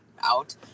out